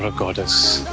ah goddess.